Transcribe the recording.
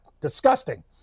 disgusting